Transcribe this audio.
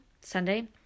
Sunday